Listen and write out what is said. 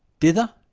dither